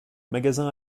magasin